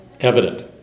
evident